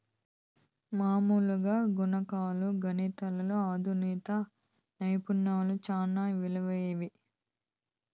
మామూలుగా గణంకాలు, గణితంలో అధునాతన నైపుణ్యాలు సేనా ఇలువైనవి